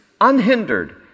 unhindered